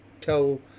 tell